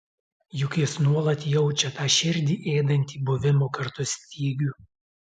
juk jis nuolat jaučia tą širdį ėdantį buvimo kartu stygių